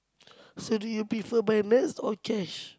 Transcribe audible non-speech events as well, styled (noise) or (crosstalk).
(noise) so do you prefer by Nets or cash